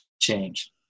change